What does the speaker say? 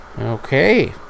Okay